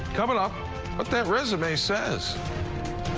coming off but that resume says.